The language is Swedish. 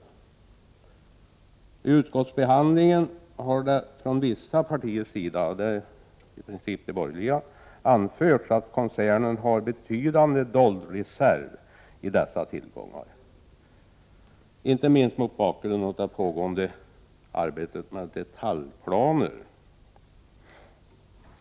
Vid utskottsbehandlingen har det från vissa partiers, i princip de borgerliga partiernas, sida anförts att koncernen har en betydande dold reserv i dessa tillgångar, inte minst mot bakgrund av pågående arbete med detaljplaner.